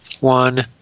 One